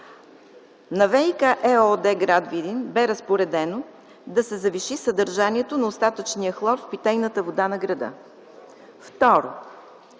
на „ВиК” ЕООД – град Видин, бе разпоредено да се завиши съдържанието на остатъчния хлор в питейната вода на града. Второ,